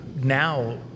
now